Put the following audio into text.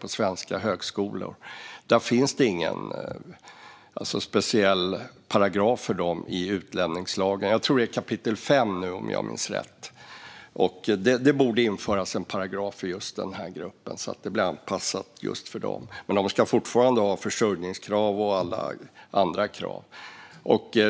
på svenska högskolor finns det ingen speciell paragraf för i utlänningslagen. Det handlar om kapitel 5, om jag minns rätt. Det borde införas en paragraf för den gruppen så att reglerna blir anpassade för dem, men det ska fortfarande ställas försörjningskrav och så vidare.